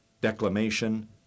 declamation